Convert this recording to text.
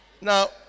Now